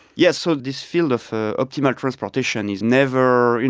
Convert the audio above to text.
yes, so this field of optimal transportation is never in,